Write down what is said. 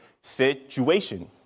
situation